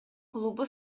клубу